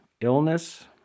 illness